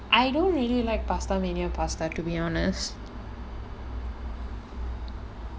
I don't really like Pastamania pasta to be honest